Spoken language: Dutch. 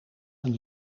een